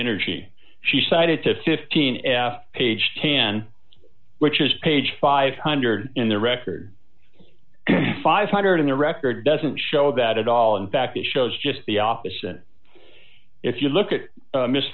energy she cited to fifteen page can which is page five hundred in the record five hundred on the record doesn't show that at all in fact it shows just the opposite if you look at